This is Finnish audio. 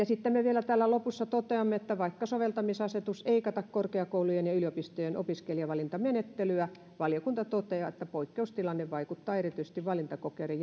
sitten me vielä täällä lopussa toteamme että vaikka soveltamisasetus ei kata korkeakoulujen ja yliopistojen opiskelijavalintamenettelyä valiokunta toteaa että poikkeustilanne vaikuttaa erityisesti valintakokeiden